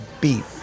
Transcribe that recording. beat